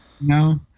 No